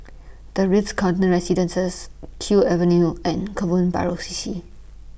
The Ritz Carlton Residences Kew Avenue and Kebun Baru C C